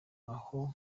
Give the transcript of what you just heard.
aho